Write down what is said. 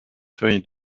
feuilles